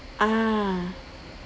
ah